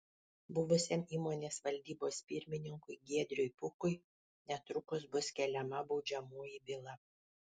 buvusiam įmonės valdybos pirmininkui giedriui pukui netrukus bus keliama baudžiamoji byla